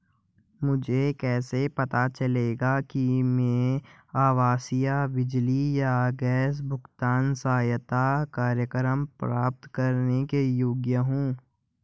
मुझे कैसे पता चलेगा कि मैं आवासीय बिजली या गैस भुगतान सहायता कार्यक्रम प्राप्त करने के योग्य हूँ?